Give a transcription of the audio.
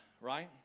right